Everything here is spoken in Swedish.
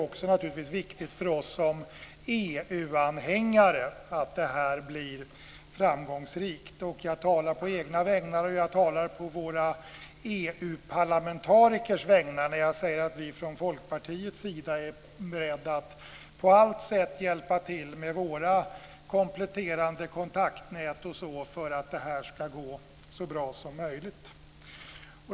Det naturligtvis också viktigt för oss som EU-anhängare att det här blir framgångsrikt. Jag talar på egna vägnar och jag talar på våra EU-parlamentarikers vägnar när jag säger att vi i Folkpartiet är beredda att på allt sätt hjälpa till med våra kompletterande kontaktnät och liknande för att detta ska gå så bra som möjligt.